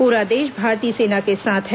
पूरा देश भारतीय सेना के साथ है